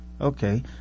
Okay